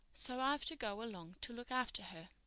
so i have to go along to look after her.